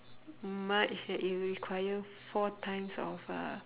much that you require four times of uh